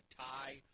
tie